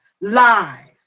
lies